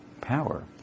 power